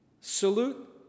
Salute